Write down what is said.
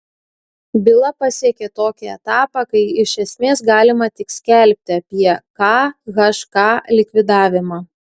byla pasiekė tokį etapą kai iš esmės galima tik skelbti apie khk likvidavimą